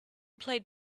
played